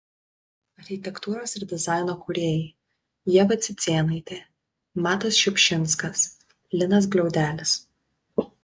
architektūros ir dizaino kūrėjai ieva cicėnaitė matas šiupšinskas linas gliaudelis